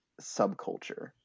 subculture